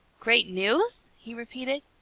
great news! he repeated.